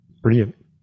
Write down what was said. Brilliant